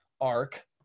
arc